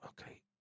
okay